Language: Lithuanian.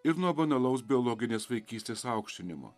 ir nuo banalaus biologinės vaikystės aukštinimo